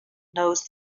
knows